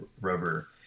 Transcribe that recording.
rubber